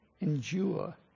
endure